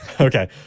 Okay